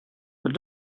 but